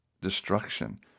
destruction